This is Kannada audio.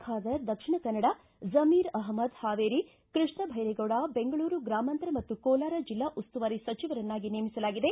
ಖಾದರ್ ದಕ್ಷಿಣ ಕನ್ನಡ ಝಮೀರ ಅಹ್ಮದ್ ಹಾವೇರಿ ಕೃಷ್ಣ ಭೈರೇಗೌಡ ಬೆಂಗಳೂರು ಗ್ರಾಮಾಂತರ ಮತ್ತು ಕೋಲಾರ ಜಿಲ್ಲಾ ಉಸ್ತುವಾರಿ ಸಚಿವರನ್ನಾಗಿ ನೇಮಿಸಲಾಗಿದೆ